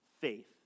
faith